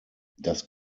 das